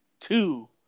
two